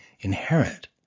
inherit